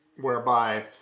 whereby